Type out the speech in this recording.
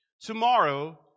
Tomorrow